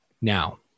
Now